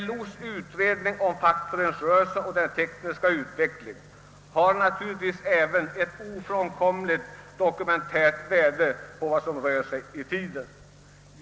LO:s utredning om fackföreningsrörelsen och den tekniska utvecklingen har naturligtvis även ett ofrånkomligt dokumentärt värde i fråga om vad som rör sig i tiden.